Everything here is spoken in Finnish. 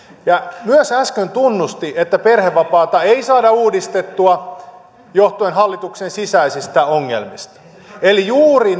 ja myös äsken tunnusti että perhevapaita ei saada uudistettua johtuen hallituksen sisäisistä ongelmista eli juuri